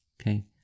Okay